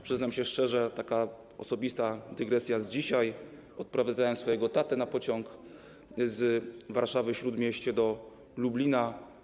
Przyznam szczerze, że - to taka osobista dygresja z dzisiaj - odprowadzałem swojego tatę na pociąg z Warszawy-Śródmieścia do Lublina.